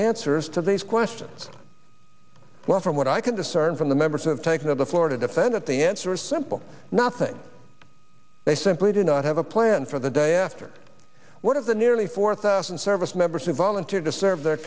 answers to these questions well from what i can discern from the members of taking to the floor to defend it the answer is simple nothing they simply do not have a plan for the day after one of the nearly four thousand service members who volunteered to serve their